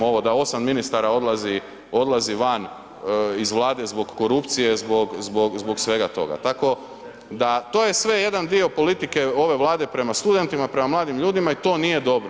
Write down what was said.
Ovo da 8 ministara odlazi van iz Vlade zbog korupcije, zbog svega toga tako da to je sve jedan dio politike ove Vlade prema studentima, prema mladim ljudima i to nije dobro.